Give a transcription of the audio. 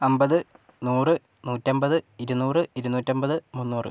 അമ്പത് നൂറ് നൂറ്റമ്പത് ഇരുനൂറ് ഇരുനൂറ്റമ്പത് മുന്നൂറ്